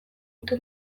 ditu